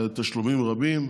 בתשלומים רבים.